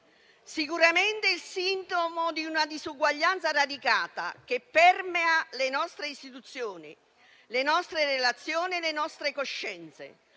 Sicuramente, è il sintomo di una disuguaglianza radicata che permea le nostre istituzioni, le nostre relazioni, le nostre coscienze;